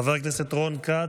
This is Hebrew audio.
חבר הכנסת רון כץ,